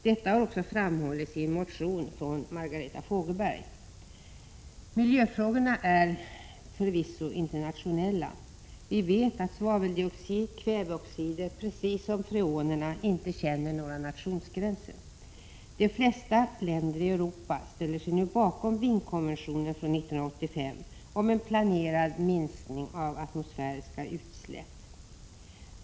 Detta har också framhållits i en motion av Margareta Fogelberg. Miljöfrågorna är förvisso internationella. Vi vet att svaveldioxid och kväveoxider precis som freonerna inte känner några nationsgränser. De flesta länder i Europa ställer sig nu bakom Wienkonventionen från 1985 om en planerad minskning av atmosfäriska utsläpp.